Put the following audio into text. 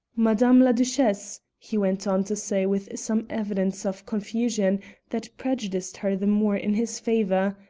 madame la duchesse, he went on to say with some evidence of confusion that prejudiced her the more in his favour,